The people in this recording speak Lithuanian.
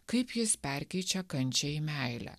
kaip jis perkeičia kančią į meilę